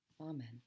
Amen